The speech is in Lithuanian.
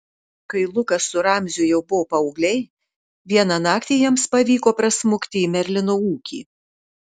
kai lukas su ramziu jau buvo paaugliai vieną naktį jiems pavyko prasmukti į merlino ūkį